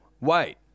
wait